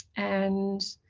and